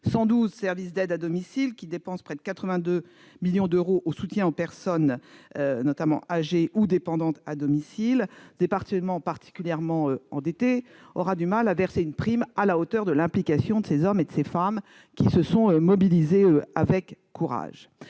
112 services d'aide à domicile, dépensant environ 82 millions d'euros pour le soutien des personnes, âgées ou dépendantes, à domicile. Particulièrement endetté, il aura du mal à verser une prime à la hauteur de l'implication de ces hommes et de ces femmes, qui se sont mobilisés avec courage.